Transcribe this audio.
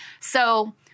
So-